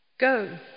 Go